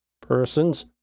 persons